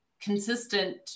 consistent